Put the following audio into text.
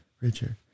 Richard